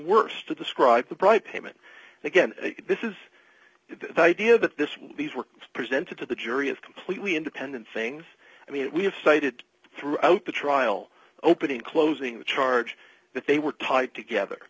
worse to describe the bright payment again this is the idea that this will be presented to the jury of completely independent things i mean we have cited throughout the trial opening closing the charge that they were tied together